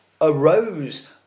arose